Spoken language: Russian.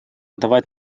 давать